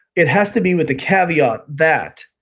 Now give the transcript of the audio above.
it has to be with a caveat that,